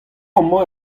amañ